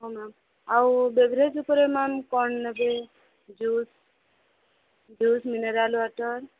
ହଉ ମ୍ୟାମ୍ ଆଉ ବେଭେରେଜ୍ ଉପରେ ମ୍ୟାମ୍ ଆଉ କ'ଣ ନେବେ ଜୁସ୍ ଜୁସ୍ ମିନେରାଲ୍ ୱାଟର୍